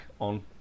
on